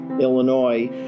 Illinois